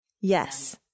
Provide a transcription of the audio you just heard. Yes